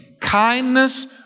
kindness